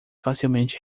facilmente